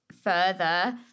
further